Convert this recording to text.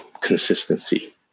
consistency